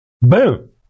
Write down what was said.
Boom